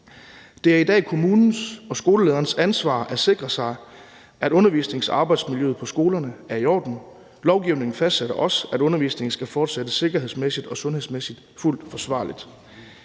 Det er i dag kommunens og skolelederens ansvar at sikre sig, at undervisnings- og arbejdsmiljøet på en skole er i orden. Lovgivningen fastsætter også, at undervisningen skal foregå sikkerhedsmæssigt og sundhedsmæssigt fuldt forsvarligt.